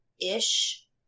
ish